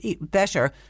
better